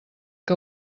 que